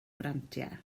grantiau